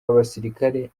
abasirikare